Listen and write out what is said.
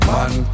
Man